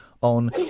On